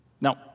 Now